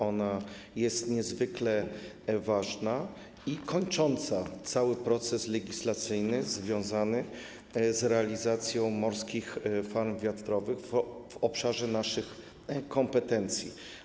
Ona jest niezwykle ważna, kończy cały proces legislacyjny związany z realizacją morskich farm wiatrowych w obszarze naszych kompetencji.